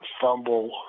fumble